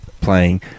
playing